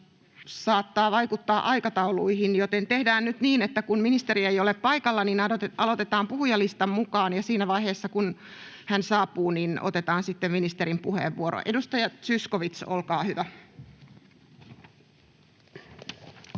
saattaa vaikuttaa aikatauluihin, joten tehdään nyt niin, että kun ministeri ei ole paikalla, niin aloitetaan puhujalistan mukaan ja siinä vaiheessa, kun hän saapuu, otetaan ministerin puheenvuoro. — Edustaja Zyskowicz, olkaa hyvä.